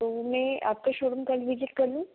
तो मैं आपका शोरूम कल विजिट कर लूँ